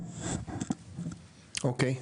אוקיי.